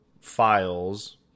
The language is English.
files